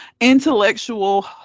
Intellectual